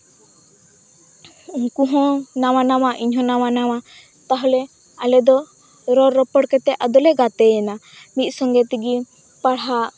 ᱩᱱᱠᱩ ᱦᱚᱸ ᱱᱟᱣᱟ ᱱᱟᱣᱟ ᱤᱧ ᱦᱚᱸ ᱱᱟᱣᱟ ᱱᱟᱣᱟ ᱛᱟᱦᱞᱮ ᱟᱞᱮᱫᱚ ᱨᱚᱲ ᱨᱚᱯᱚᱲ ᱠᱟᱛᱮ ᱟᱫᱚᱞᱮ ᱜᱟᱛᱮᱭᱮᱱᱟ ᱢᱤᱫ ᱥᱚᱸᱜᱮ ᱛᱮᱜᱮ ᱯᱟᱲᱦᱟᱜ